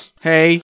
Hey